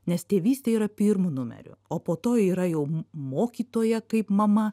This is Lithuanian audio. nes tėvystė yra pirmu numeriu o po to yra jau mokytoja kaip mama